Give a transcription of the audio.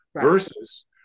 versus